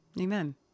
Amen